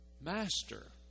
Master